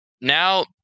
now